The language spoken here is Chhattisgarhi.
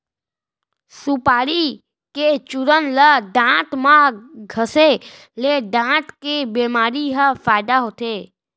सुपारी के चूरन ल दांत म घँसे ले दांत के बेमारी म फायदा होथे